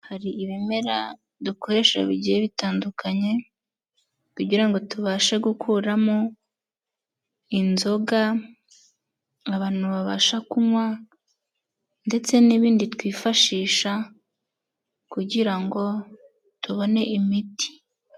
Hari ibimera dukoresha bigiye bitandukanye, kugira ngo tubashe gukuramo inzoga, abantu babasha kunywa ndetse n'ibindi twifashisha kugira ngo tubone imiti.